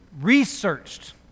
researched